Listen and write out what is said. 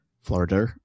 Florida